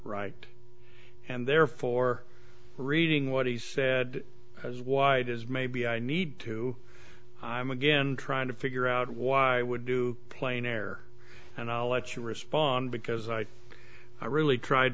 right and therefore reading what he said as wide as maybe i need to i'm again trying to figure out why i would do plainer and i'll let you respond because i really tried